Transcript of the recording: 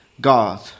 God